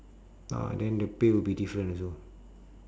ah then the pay will be different also